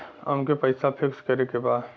अमके पैसा फिक्स करे के बा?